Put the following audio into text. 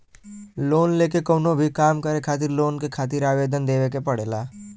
loan लेके कउनो भी काम करे खातिर लोन के खातिर आवेदन देवे के पड़ला